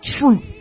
truth